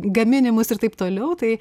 gaminimus ir taip toliau tai